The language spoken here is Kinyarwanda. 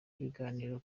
ibiganiro